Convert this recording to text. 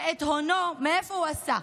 שאת הונו מאיפה הוא עשה?